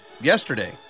yesterday